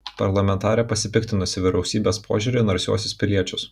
parlamentarė pasipiktinusi vyriausybės požiūriu į narsiuosius piliečius